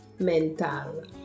mentale